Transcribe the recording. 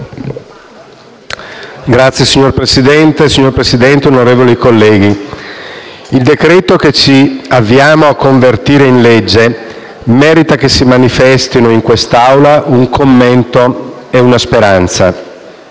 finestra") *(PD)*. Signor Presidente, onorevoli colleghi, il decreto-legge che ci avviamo a convertire in legge merita che si manifestino in quest'Aula un commento e una speranza.